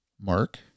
Mark